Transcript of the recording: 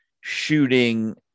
shooting